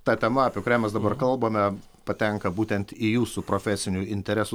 ta tema apie kurią mes dabar kalbame patenka būtent į jūsų profesinių interesų